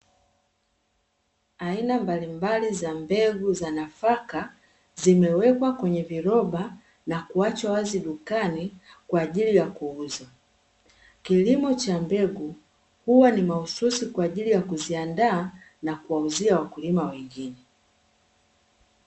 Aina mbalimbali za mbegu za nafaka zimewekwa kwenye viroba na kuwachwa wazi dukani kwa ajili ya kuuzwa. Kilimo cha mbegu huwa ni mahususi kwa ajili ya kuziandaa na kuwauzia wakulima wengine.